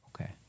Okay